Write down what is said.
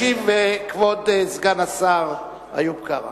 ישיב כבוד סגן השר איוב קרא.